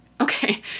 Okay